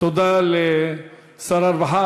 תודה לשר הרווחה.